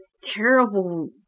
terrible